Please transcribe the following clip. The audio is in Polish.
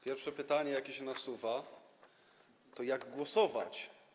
Pierwsze pytanie, jakie się nasuwa, brzmi: Jak głosować?